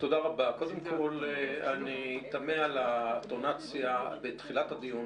קודם כל אני תמה על האינטונציה בתחילת הדיון.